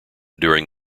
during